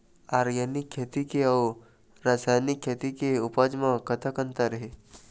Organic खेती के अउ रासायनिक खेती के उपज म कतक अंतर हे?